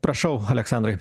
prašau aleksandrai